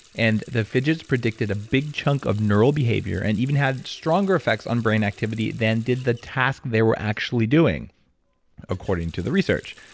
and the fidgets predicted a big chunk of neural behavior and even had stronger effects on brain activity then did the task they were actually doing according to the research.